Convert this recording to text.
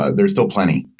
ah there's still plenty.